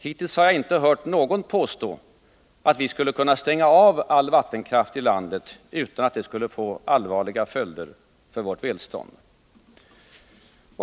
Hittills har jag inte hört någon påstå att vi skulle kunna stänga av all vattenkraft i landet utan att det fick allvarliga följder för vårt välstånd.